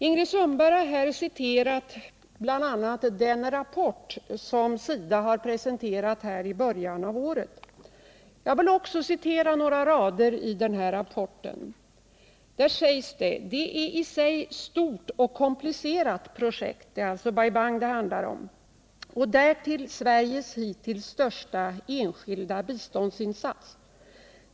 Ingrid Sundberg har citerat bl.a. den rapport som SIDA presenterade i början av året. Även jag vill återge några rader i denna rapport. Det står bl.a. följande om Bai Bang: ”Det är i sig ett stort och komplicerat projekt och därtill Sveriges hitintills största enskilda biståndsinsats.